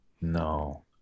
no